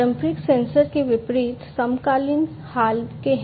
पारंपरिक सेंसर के विपरीत समकालीन हाल के हैं